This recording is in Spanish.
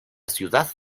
ciudad